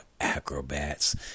acrobats